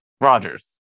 Rodgers